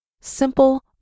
Simple